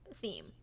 theme